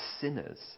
sinners